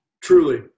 truly